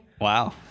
Wow